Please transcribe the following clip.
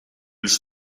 was